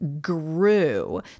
grew